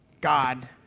God